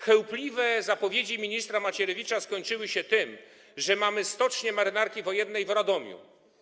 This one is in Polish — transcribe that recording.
Chełpliwe zapowiedzi ministra Macierewicza skończyły się tym, że mamy stocznię Marynarki Wojennej w Radomiu.